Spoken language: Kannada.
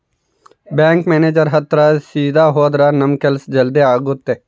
ಬ್ಯಾಂಕ್ ಮ್ಯಾನೇಜರ್ ಹತ್ರ ಸೀದಾ ಹೋದ್ರ ನಮ್ ಕೆಲ್ಸ ಜಲ್ದಿ ಆಗುತ್ತೆ